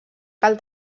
cal